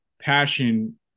passion